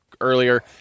earlier